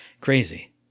crazy